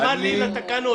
תאמר לי לתקנות,